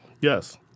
Yes